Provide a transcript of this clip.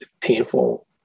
painful